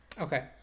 okay